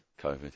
COVID